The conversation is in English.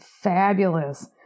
fabulous